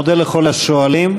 מודה לכל השואלים.